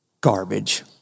garbage